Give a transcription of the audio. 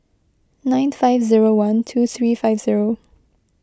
nine five zero one two three five zero